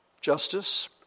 justice